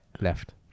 Left